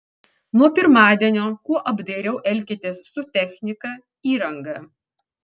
nuo pirmadienio kuo apdairiau elkitės su technika įranga